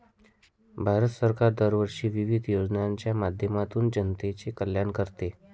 भारत सरकार दरवर्षी विविध योजनांच्या माध्यमातून जनतेचे कल्याण करते